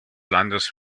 landes